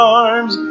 arms